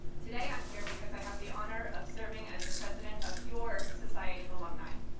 today i am here because i have the honor of serving as the president of your society of alumni.